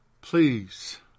Please